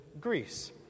Greece